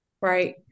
Right